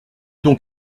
donc